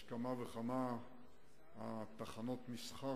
יש כמה וכמה תחנות מסחר